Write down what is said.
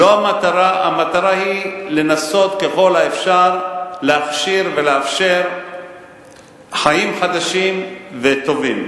המטרה היא לנסות ככל האפשר להכשיר ולאפשר חיים חדשים וטובים.